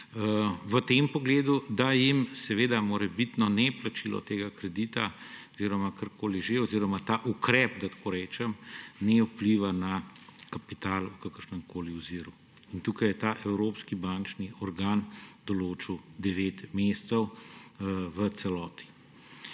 v tem pogledu, da jim morebitno neplačilo tega kredita oziroma karkoli že oziroma ta ukrep, da tako rečem, ne vpliva na kapital v kakršnemkoli oziru. Tukaj je ta evropski bančni organ določil devet mesecev v celoti.